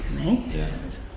Nice